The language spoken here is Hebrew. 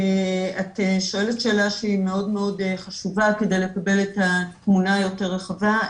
את שואלת שאלה שהיא מאוד חשובה כדי לקבל את התמונה היותר רחבה.